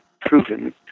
proven